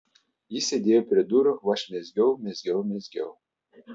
jis sėdėjo prie durų o aš mezgiau mezgiau mezgiau